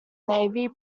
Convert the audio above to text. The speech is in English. navy